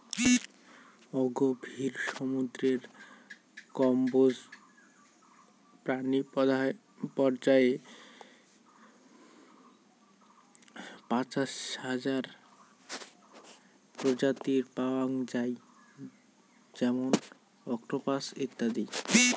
অগভীর সমুদ্রের কম্বোজ প্রাণী পর্যায়ে পঁচাশি হাজার প্রজাতি পাওয়াং যাই যেমন অক্টোপাস ইত্যাদি